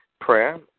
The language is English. prayer